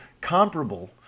comparable